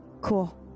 Cool